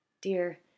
Dear